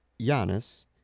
Giannis